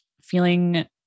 feeling